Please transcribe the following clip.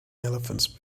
elephants